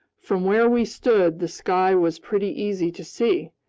from where we stood, the sky was pretty easy to see,